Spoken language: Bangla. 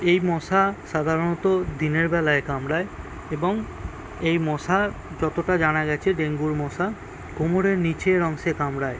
এই মশা সাধারণত দিনের বেলায় কামড়ায় এবং এই মশা যতটা জানা গেছে ডেঙ্গুর মশা কোমরের নিচের অংশে কামড়ায়